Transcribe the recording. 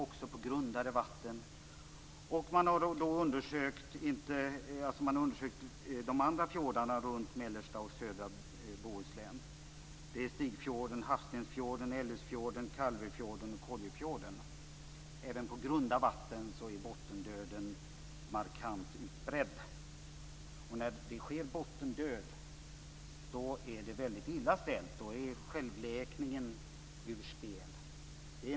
Vi har inflöden av tungt saltrikt vatten som kommer årligen på vårarna, men nu ser det väldigt allvarligt ut.